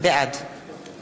בעד